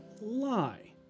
lie